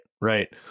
right